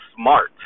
smart